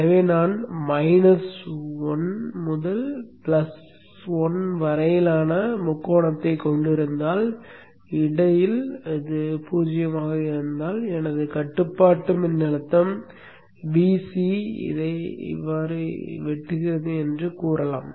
எனவே நான் minus one முதல் பிளஸ் ஒன் வரையிலான முக்கோணத்தைக் கொண்டிருந்தால் இடையில் பூஜ்ஜியமாக இருந்தால் எனது கட்டுப்பாட்டு மின்னழுத்தம் Vc இவ்வாறு வெட்டுகிறது என்று சொல்லலாம்